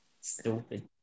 stupid